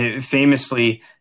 Famously